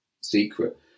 secret